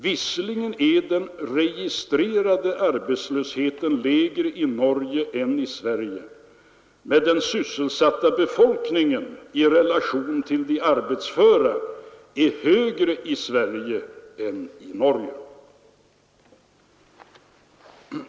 Visserligen är den registrerade arbetslösheten lägre i Norge än i Sverige, men den sysselsatta befolkningen i relation till antalet arbetsföra är högre i Sverige än i Norge.